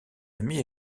amis